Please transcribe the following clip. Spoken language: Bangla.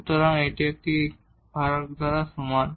সুতরাং যে এটি এক দ্বারা ভাগ এই সমান